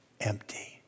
empty